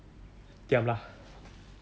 diam lah